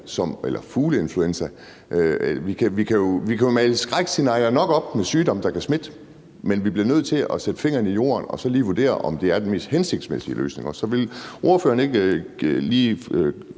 se i øjnene – og vi kan jo male nok skrækscenarier op med sygdomme, der kan smitte – at vi bliver nødt til at stikke fingeren i jorden og så lige vurdere, om det er den mest hensigtsmæssige løsning. Og vil ordføreren ikke lige